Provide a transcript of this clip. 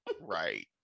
right